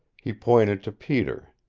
he pointed to peter.